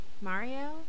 Mario